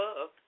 love